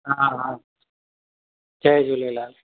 हा हा जय झूलेलाल